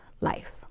life